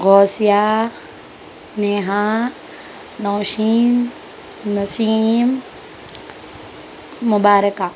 غوثیہ نیہا نوشین نسیم مبارکہ